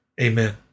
Amen